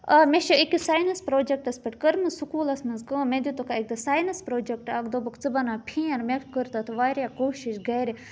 آ مےٚ چھِ أکِس ساینَس پرٛوجَیکٹَس پٮ۪ٹھ کٔرمٕژ سکوٗس مَنٛز کٲم مےٚ دِتُکھ اَکہِ دۄہ ساینَس پرٛوجَیکٹ اَکھ دوٚپُکھ ژٕ بَناو فین مےٚ کٔر تَتھ واریاہ کوٗشِش گَرِ